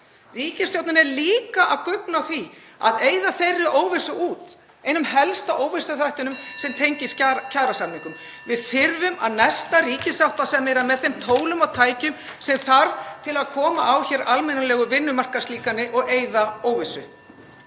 Ríkisstjórnin er líka að guggna á því að eyða þeirri óvissu út, einum helsta óvissuþættinum sem tengist kjarasamningum. (Forseti hringir.) Við þurfum að nesta ríkissáttasemjara með þeim tólum og tækjum sem þarf til að koma á almennilegu vinnumarkaðslíkani og eyða óvissu.